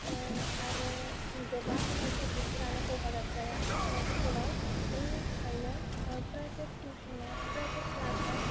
आरो गोबां टपिकफोरानो कभाराप जाया स्कुलाव बेनि थाखायनो प्राइभेट टिउसनाव प्राइभेट क्लासाव